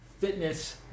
fitness